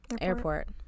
airport